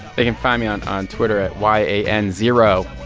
they can find me on on twitter at y a n zero.